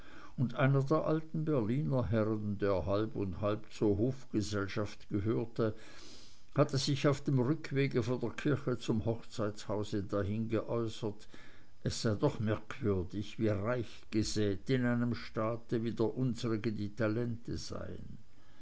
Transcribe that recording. und einer der alten berliner herren der halb und halb zur hofgesellschaft gehörte hatte sich auf dem rückweg von der kirche zum hochzeitshaus dahin geäußert es sei doch merkwürdig wie reich gesät in einem staate wie der unsrige die talente seien